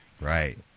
Right